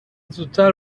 زودتر